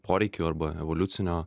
poreikių arba evoliucinio